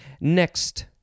Next